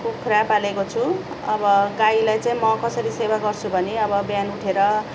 कुखुरा पालेको छु अब गाईलाई चाहिँ म कसरी सेवा गर्छु भने अब बिहान उठेर